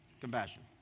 compassion